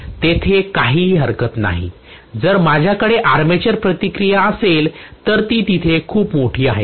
तेथे काहीही हरकत नाही जर माझ्याकडे आर्मेचर प्रतिक्रिया असेल तर ती तिथे खूप मोठी आहे